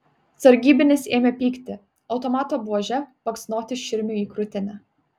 sargybinis ėmė pykti automato buože baksnoti širmiui į krūtinę